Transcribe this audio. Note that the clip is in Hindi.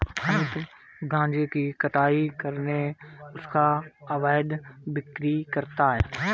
अमित गांजे की कटाई करके उसका अवैध बिक्री करता है